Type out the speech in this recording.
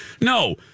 No